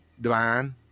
Divine